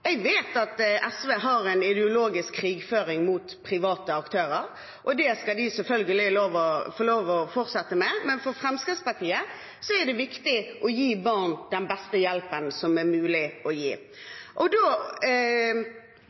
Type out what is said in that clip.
Jeg vet at SV har en ideologisk krigføring mot private aktører, og det skal de selvfølgelig få lov å fortsette med. Men for Fremskrittspartiet er det viktig å gi barn den beste hjelpen som er mulig å gi. Da